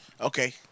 okay